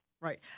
Right